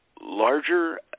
larger